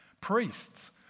Priests